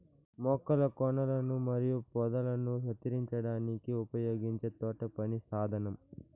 మొక్కల కొనలను మరియు పొదలను కత్తిరించడానికి ఉపయోగించే తోటపని సాధనం